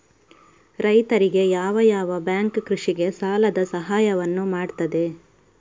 ರೈತರಿಗೆ ಯಾವ ಯಾವ ಬ್ಯಾಂಕ್ ಕೃಷಿಗೆ ಸಾಲದ ಸಹಾಯವನ್ನು ಮಾಡ್ತದೆ?